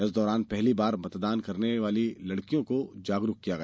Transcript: इस दौरान पहली बार मतदान करने वाली लडकियों को जागरूक किया गया